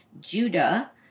Judah